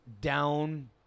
Down